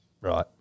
Right